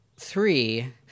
Three